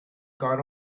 gone